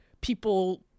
people